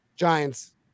Giants